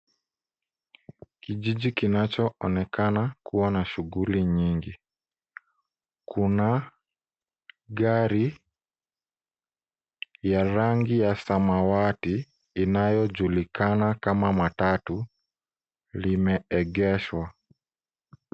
Kijiji kinacho onekana kuwa na shughuli nyingi kuna gari ya rangi ya samawati inayojulikana kama matatu limeegeshwa.